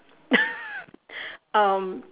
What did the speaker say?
um